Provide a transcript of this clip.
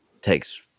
takes